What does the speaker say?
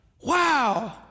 Wow